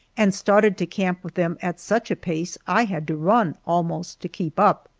and started to camp with them at such a pace i had to run, almost, to keep up.